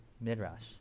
Midrash